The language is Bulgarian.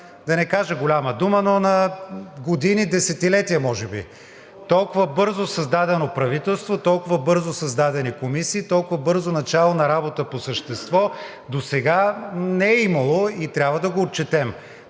да не кажа голяма дума, но на години, десетилетия може би. Толкова бързо създадено правителство, толкова бързо създадени комисии, толкова бързо начало на работа по същество досега не е имало и трябва да го отчетем.